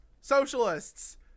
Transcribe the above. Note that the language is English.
socialists